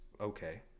okay